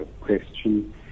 question